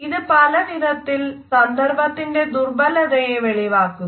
ഇത് പല വിധത്തിൽ സന്ദർഭത്തിന്റെ ദുർബലതയെ വെളിവാക്കുന്നു